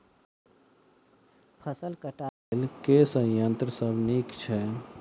फसल कटाई लेल केँ संयंत्र सब नीक छै?